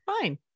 Fine